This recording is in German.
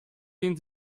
den